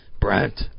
Brent